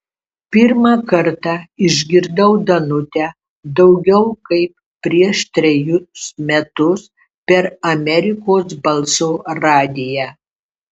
pirmą kartą išgirdau danutę daugiau kaip prieš trejus metus per amerikos balso radiją